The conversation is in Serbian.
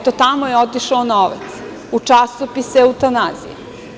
Tamo je otišao novac, u časopis „Eutanazija“